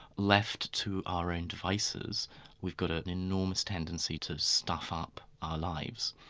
left to our own devices we've got an enormous tendency to stuff up our lives,